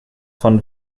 von